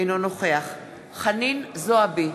אינו נוכח חנין זועבי,